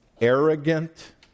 arrogant